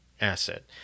asset